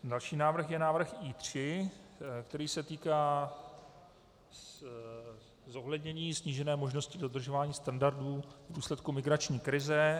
Další návrh je návrh I3, který se týká zohlednění snížené možnosti dodržování standardů v důsledku migrační krize.